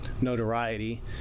notoriety